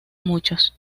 muchos